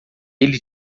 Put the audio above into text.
ele